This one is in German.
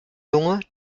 lunge